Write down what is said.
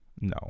no